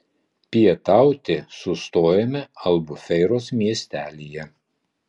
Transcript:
pietauti sustojome albufeiros miestelyje